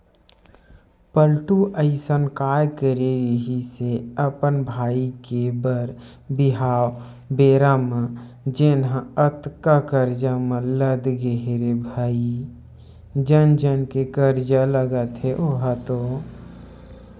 पलटू अइसन काय करे रिहिस हे अपन भाई के बर बिहाव बेरा म जेनहा अतका करजा म लद गे हे रे भई जन जन के करजा लगत हे ओहा तो